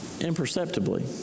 imperceptibly